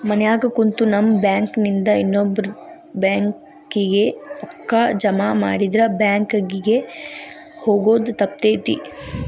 ಮನ್ಯಾಗ ಕುಂತು ನಮ್ ಬ್ಯಾಂಕ್ ನಿಂದಾ ಇನ್ನೊಬ್ಬ್ರ ಬ್ಯಾಂಕ್ ಕಿಗೆ ರೂಕ್ಕಾ ಜಮಾಮಾಡಿದ್ರ ಬ್ಯಾಂಕ್ ಕಿಗೆ ಹೊಗೊದ್ ತಪ್ತೆತಿ